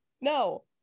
no